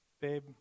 babe